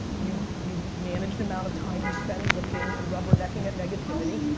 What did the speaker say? you you manage the amount of time you spend looking and rubbernecking at negativity.